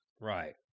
right